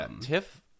TIFF